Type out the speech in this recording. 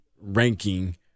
ranking